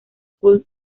school